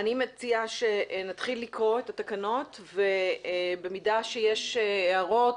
מציעה שנתחיל לקרוא את התקנות ובמידה שיש הערות,